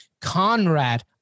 Conrad